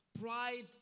Pride